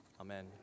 Amen